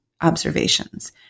observations